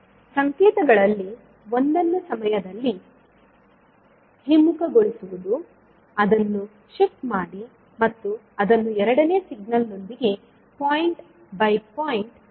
ಸಂಕೇತಗಳಲ್ಲಿ ಒಂದನ್ನು ಸಮಯದಲ್ಲಿ ಹಿಮ್ಮುಖಗೊಳಿಸುವುದು ಅದನ್ನು ಶಿಫ್ಟ್ ಮಾಡಿ ಮತ್ತು ಅದನ್ನು ಎರಡನೇ ಸಿಗ್ನಲ್ ನೊಂದಿಗೆ ಪಾಯಿಂಟ್ ಬೈ ಪಾಯಿಂಟ್ ಗುಣಿಸುವುದು